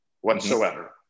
whatsoever